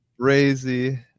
crazy